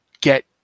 get